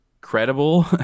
credible